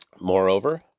Moreover